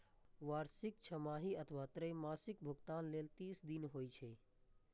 वार्षिक, छमाही अथवा त्रैमासिक भुगतान लेल तीस दिन होइ छै